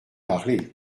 parlé